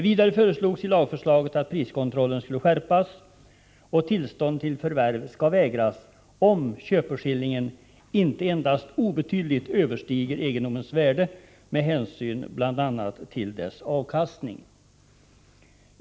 Vidare föreslogs i lagförslaget att priskontrollen skulle skärpas och att tillstånd till förvärv skulle vägras om köpeskillingen inte endast obetydligt översteg egendomens värde, med hänsyn bl.a. till dess avkastning.